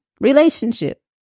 relationship